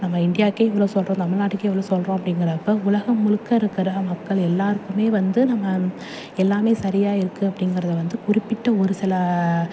நம்ம இந்தியாக்கே இவ்வளோ சொல்கிறோம் தமிழ்நாட்டுக்கு எவ்வளோ சொல்கிறோம் அப்படிங்கிறப்போ உலகம் முழுக்க இருக்கிற மக்கள் எல்லோருக்குமே வந்து நம்ம எல்லாம் சரியாக இருக்குது அப்படிங்கிறத வந்து குறிப்பிட்ட ஒரு சில